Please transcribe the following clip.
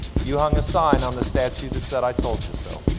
you hung a sign on the statue that said i told you so.